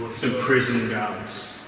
prison guards